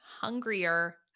hungrier